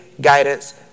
guidance